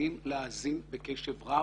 חייבים להאזין בקשב רב,